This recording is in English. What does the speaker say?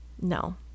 No